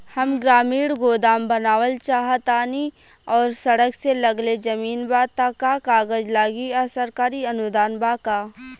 हम ग्रामीण गोदाम बनावल चाहतानी और सड़क से लगले जमीन बा त का कागज लागी आ सरकारी अनुदान बा का?